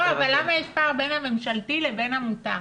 לא, אבל למה יש פער בין הממשלתי לבין עמותה?